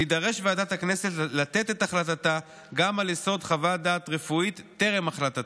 תידרש ועדת הכנסת לתת את החלטתה גם על יסוד חוות דעת רפואית טרם החלטתה.